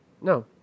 No